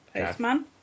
Postman